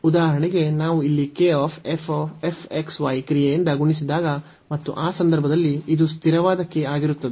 ಆದ್ದರಿಂದ ಉದಾಹರಣೆಗೆ ನಾವು ಇಲ್ಲಿ k f x y ಕ್ರಿಯೆಯಿಂದ ಗುಣಿಸಿದಾಗ ಮತ್ತು ಆ ಸಂದರ್ಭದಲ್ಲಿ ಇದು ಸ್ಥಿರವಾದ k ಆಗಿರುತ್ತದೆ